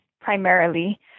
primarily